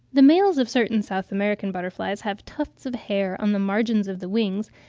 the males of certain south american butterflies have tufts of hair on the margins of the wings,